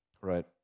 right